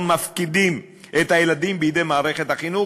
מפקידים את הילדים בידי מערכת החינוך,